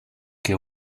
che